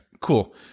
cool